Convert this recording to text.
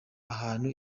ahantu